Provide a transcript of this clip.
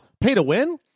pay-to-win